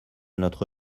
notre